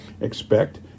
Expect